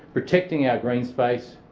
protecting our green space,